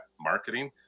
marketing